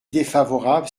défavorable